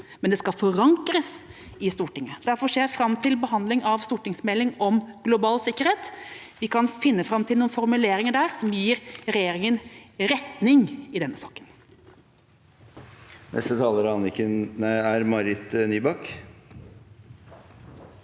men det skal forankres i Stortinget. Derfor ser jeg fram til behandlingen av stortingsmelding om global sikkerhet. Vi kan finne fram til noen formuleringer der som gir regjeringen retning i den saken.